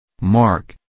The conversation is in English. Mark